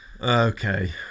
Okay